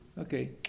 okay